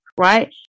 right